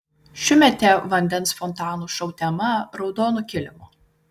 šiųmetė vandens fontanų šou tema raudonu kilimu